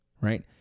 right